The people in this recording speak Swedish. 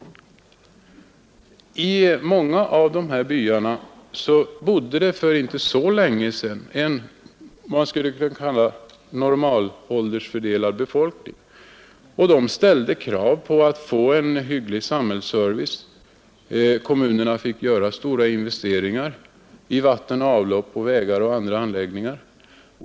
I många av de här byarna bodde det för inte så länge sedan en ”normalåldersfördelad” befolkning, och den ställde krav på att få en hygglig samhällsservice. Kommunerna fick göra stora investeringar i vatten, avlopp, vägar och andra anläggningar.